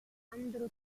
alessandro